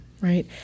right